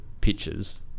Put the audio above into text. pictures